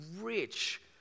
rich